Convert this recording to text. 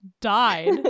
died